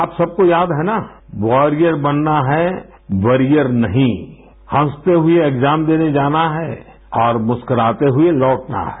ARP सब को याद है ना वॉरियर बनना है वरियर नहीं हँसते हुए एग्जा म देने जाना है और मुस्कुराते हुए लौटना है